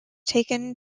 taken